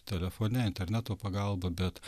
telefone interneto pagalba bet